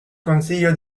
consiglio